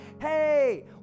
hey